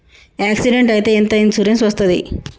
Accident అయితే ఎంత insurance వస్తది?